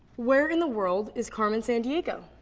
where in the world is carmen san diego?